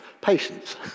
patience